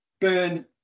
burn